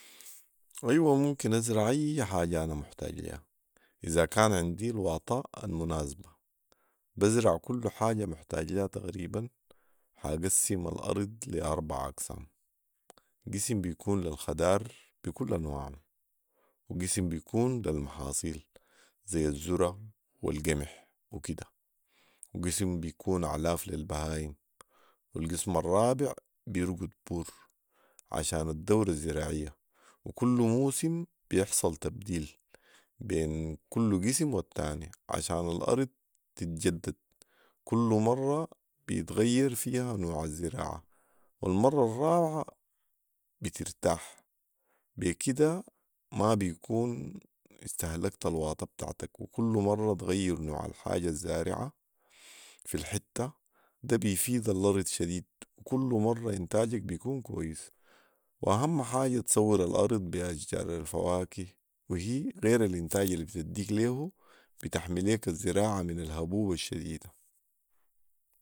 ايوه ممكن ازرع اي حاجه انا محتاج ليها اذا كان عندي الواطه المناسبه بزرع كل حاجه محتاج ليها تقريبا حاقسم الارض لي اربعه اقسام قسم بيكون للخضار بكل انواعه وقسم بيكون للمحاصيل ذي الزره والقمح وكده وقسم بيكون اعلاف للبهايم والقسم الرابع بيرقد بور عشان الدوره الزراعية وكل موسم بيحصل تبديل بين كل قسم والتاني عشان الارض تتجدد كل مره بيتغير فيها نوع الزراعه والمره الرابعه بترتاح بيكده ما بيكون استهلكت الواطه بتاعتك وكل مره تغير نوع الحاجه الزارعها في الحته ده بيفيد الارض شديد وكل مره انتاجك بيكون كويس واهم حاجه تسور الارض بي اشجار الفواكه وهي غير الانتاج البتديك ليه بتحمي ليك الزراعه من الهبوب الشديده